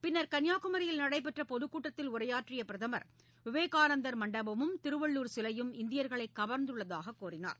பின்னர் கன்னியாகுமரியில் நடைபெற்ற பொதுக்கூட்டத்தில் உரையாற்றிய பிரதமர் விவேகானந்தர் மண்டபமும் திருவள்ளுவர் சிலையும் இந்தியர்களை கவர்ந்துள்ளதாக கூறினார்